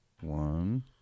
One